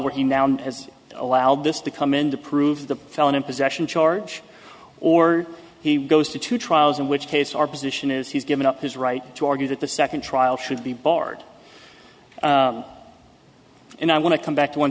working now and as allowed this to come in to prove the felon in possession charge or he goes to two trials in which case our position is he's given up his right to argue that the second trial should be barred and i want to come back to one